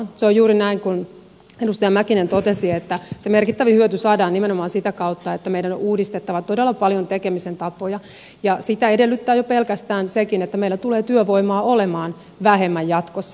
se on juuri näin kuin edustaja mäkinen totesi että se merkittävin hyöty saadaan nimenomaan sitä kautta että meidän on uudistettava todella paljon tekemisen tapoja ja sitä edellyttää jo pelkästään sekin että meillä tulee työvoimaa olemaan vähemmän jatkossa